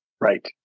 Right